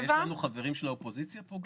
רגע, יש חברים מהאופוזיציה פה?